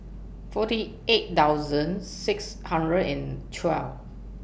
forty eight thousand six hundred and twelve